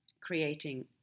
creating